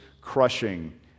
crushing